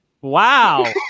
Wow